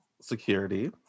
security